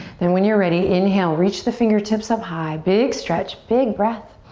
then when you're ready, inhale, reach the fingertips up high. big stretch, big breath.